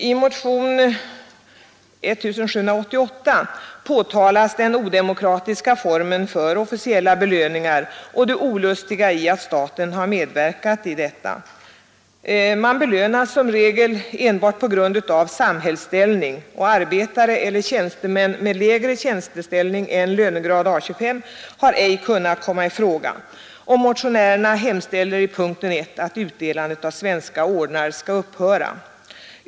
I motionen 1788 pekar motionärerna på den odemokratiska formen för officiella belöningar och det olustiga i att staten har medverkat i detta system. Man belönas som regel enbart på grund av samhällsställning. Arbetare eller tjänstemän med lägre tjänsteställning än lönegrad A 25 har inte kunnat komma i fråga. Motionärerna hemställer i punkten 1 att utdelandet av svenska ordnar skall upphöra.